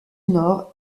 nord